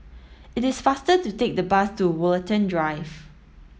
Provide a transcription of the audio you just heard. it is faster to take the bus to Woollerton Drive